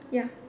ya